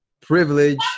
privilege